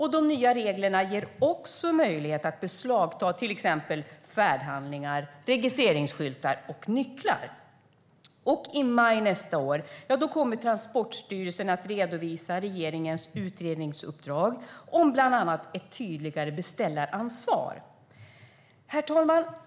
De nya reglerna ger också möjligheter att beslagta exempelvis färdhandlingar, registreringsskyltar och nycklar. Och i maj nästa år kommer Transportstyrelsen att redovisa regeringens utredningsuppdrag om bland annat ett tydligare beställaransvar. Herr talman!